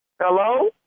Hello